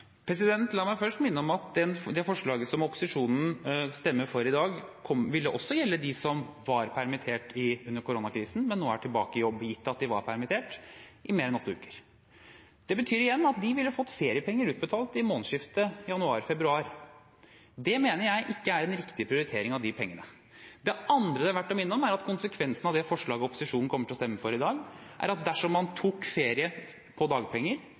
La meg først minne om at det forslaget som opposisjonen stemmer for i dag, også ville gjelde dem som var permittert under koronakrisen, men som nå er tilbake i jobb, gitt at de var permittert i mer enn åtte uker. Det betyr igjen at de ville fått feriepenger utbetalt i månedsskiftet januar/februar. Det mener jeg ikke er en riktig prioritering av de pengene. Det andre det er verdt å minne om, er at konsekvensene av det opposisjonen kommer til å stemme for i dag, er at dersom man tok ferie på dagpenger,